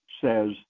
says